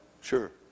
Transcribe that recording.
Sure